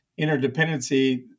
interdependency